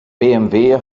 bmw